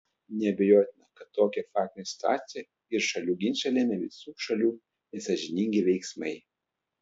neabejotina kad tokią faktinę situaciją ir šalių ginčą lėmė visų šalių nesąžiningi veiksmai